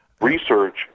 Research